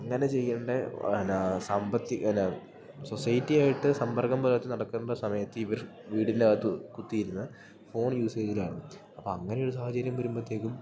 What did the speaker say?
അങ്ങനെ ചെയ്യേണ്ടെ ന്ന സാമ്പത്തി അല്ല സൊസൈറ്റിയായിട്ട് സമ്പർക്കം പുലർത്തി നടക്കണ്ട സമയത്ത് ഇവർ വീടിൻറ്റകത്ത് കുത്തിയിരുന്ന് ഫോൺ യൂസേജിലാണ് അപ്പ അങ്ങനെയൊരു സാഹചര്യം വരുമ്പത്തേക്കും